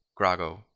Grago